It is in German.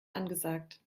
angesagt